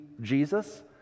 Jesus